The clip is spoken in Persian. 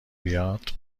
بیاد